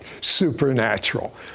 supernatural